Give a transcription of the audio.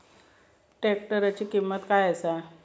ट्रॅक्टराची किंमत काय आसा?